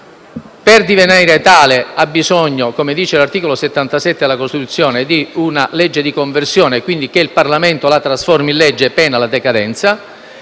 un decreto-legge ha bisogno - come dice l'articolo 77 della Costituzione - di una legge di conversione, quindi che il Parlamento lo trasformi in legge, pena la decadenza,